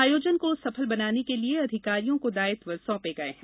आयोजन को सफल बनाने के लिए अधिकारियों को दायित्व सौंपे गये हैं